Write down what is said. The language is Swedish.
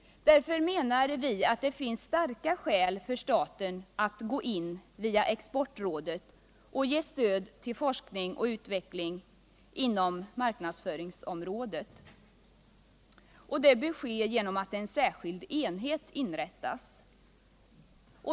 Därför menar vi att det finns starka skäl för staten att gå in via Exportrådet och ge stöd till forskning och utveckling inom marknadsföringsområdet. Det bör ske genom att en särskild enhet inrättas.